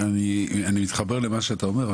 אני מתחבר למה שאתה אומר,